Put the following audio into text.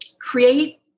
create